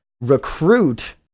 recruit